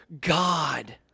God